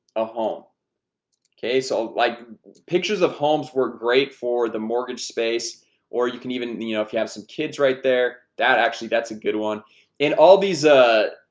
a home okay, so like pictures of homes work great for the mortgage space or you can even you know if you have some kids right there that actually that's a good one and all these ah,